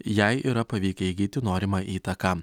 jai yra pavykę įgyti norimą įtaką